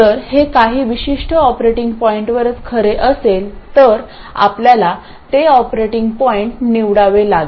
जर हे काही विशिष्ट ऑपरेटिंग पॉईंटवरच खरे असेल तर आपल्याला ते ऑपरेटिंग पॉईंट निवडावे लागेल